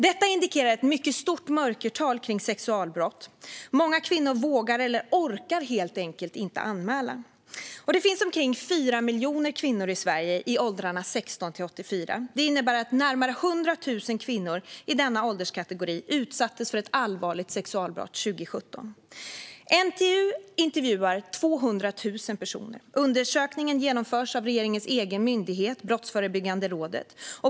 Detta indikerar ett mycket stort mörkertal när det gäller sexualbrott. Många kvinnor vågar inte eller orkar helt enkelt inte anmäla. Det finns omkring 4 miljoner kvinnor i Sverige i åldrarna 16-84 år. Det innebär att närmare 100 000 kvinnor i denna ålderskategori utsattes för ett allvarligt sexualbrott 2017. NTU intervjuar 200 000 personer. Undersökningen genomförs av regeringens egen myndighet, Brottsförebyggande rådet.